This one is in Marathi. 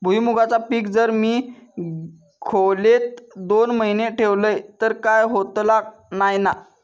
भुईमूगाचा पीक जर मी खोलेत दोन महिने ठेवलंय तर काय होतला नाय ना?